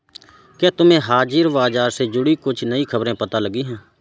क्या तुम्हें हाजिर बाजार से जुड़ी कुछ नई खबरें पता लगी हैं?